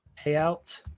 Payout